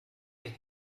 ihr